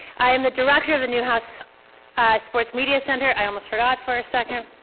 i am the director of the newhouse sports media center, i almost forgot for a second.